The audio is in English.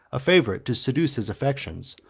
a favorite to seduce his affections,